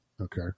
okay